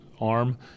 arm